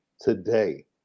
today